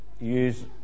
use